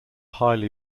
highly